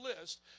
list